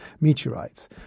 meteorites